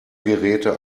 geräte